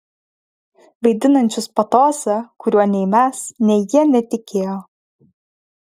vaidinančius patosą kuriuo nei mes nei jie netikėjo